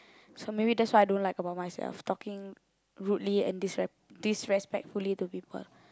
so maybe that's what I don't like about myself talking rudely and disrespectfully to people